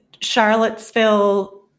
Charlottesville